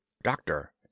Doctor